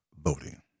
voting